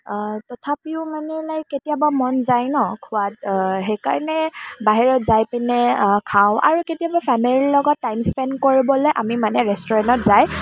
তথাপিও মানে লাইক কেতিয়াবা মন যায় ন' খোৱাৰ সেইকাৰণে বাহিৰত যাই পিনে খাওঁ আৰু কেতিয়াবা ফেমিলিৰ লগত টাইম স্পেণ্ড কৰিবলৈ আমি মানে ৰেষ্টুৰেণ্টত যাই